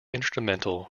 instrumental